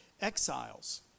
exiles